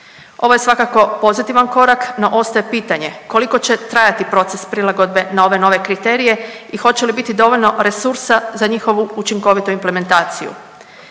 Ovo je svakako pozitivan korak, no ostaje pitanje koliko će trajati proces prilagodbe na ove nove kriterije i hoće li biti dovoljno resursa za njihovu učinkovitu implementaciju.